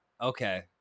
okay